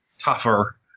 tougher